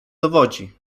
dowodzi